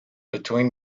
between